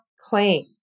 claim